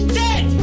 dead